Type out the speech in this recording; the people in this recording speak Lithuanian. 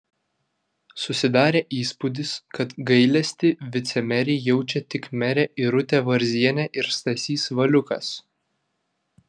susidarė įspūdis kad gailestį vicemerei jaučia tik merė irutė varzienė ir stasys valiukas